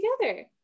together